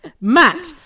Matt